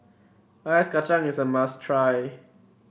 Ice Kacang is a must try